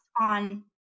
on